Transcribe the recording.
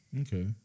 Okay